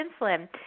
insulin